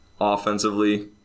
Offensively